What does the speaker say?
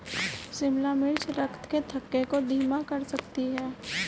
शिमला मिर्च रक्त के थक्के को धीमा कर सकती है